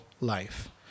life